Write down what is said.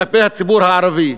כלפי הציבור הערבי.